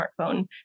smartphone